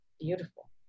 beautiful